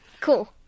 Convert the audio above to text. Cool